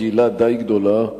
מדובר בקהילה די גדולה.